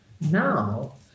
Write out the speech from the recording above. now